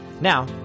Now